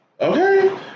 okay